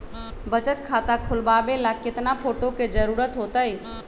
बचत खाता खोलबाबे ला केतना फोटो के जरूरत होतई?